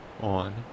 on